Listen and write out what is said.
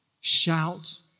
shout